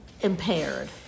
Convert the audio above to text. impaired